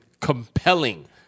compelling